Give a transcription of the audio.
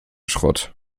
schrott